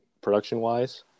production-wise